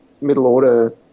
middle-order